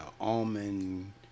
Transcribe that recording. almond